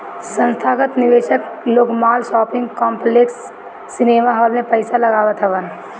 संथागत निवेशक लोग माल, शॉपिंग कॉम्प्लेक्स, सिनेमाहाल में पईसा लगावत हवन